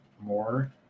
more